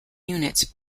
units